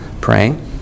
Praying